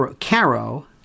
Caro